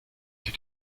die